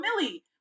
Millie